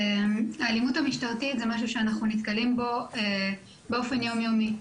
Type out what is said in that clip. האלימות המשטרתית זה משהו שאנחנו נתקלים בו באופן יום יומי.